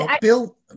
Bill